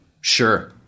Sure